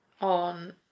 on